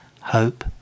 hope